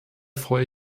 freue